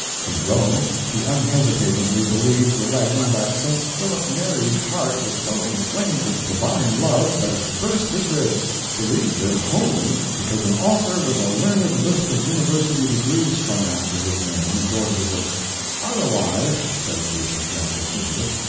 in rome he unhesitatingly believes the legend that st. philip neri's heart was so inflamed with divine love that it burst his ribs believes it wholly because an author with a learned list of university degrees strung after his name endorses it otherwise, says this gentle idiot,